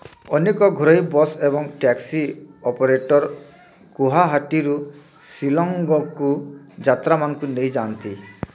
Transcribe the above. ଅନେକ ଘରୋଇ ବସ୍ ଏବଂ ଟ୍ୟାକ୍ସି ଅପରେଟର ଗୌହାଟୀରୁ ଶିଲଙ୍ଗକୁ ଯାତ୍ରୀମାନଙ୍କୁ ନେଇଯାଆନ୍ତି